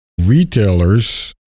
Retailers